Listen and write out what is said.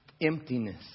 emptiness